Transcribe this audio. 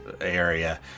area